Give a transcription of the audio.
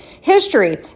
History